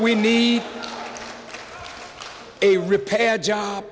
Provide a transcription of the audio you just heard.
we need a repair job